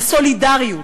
על סולידריות,